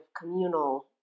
communal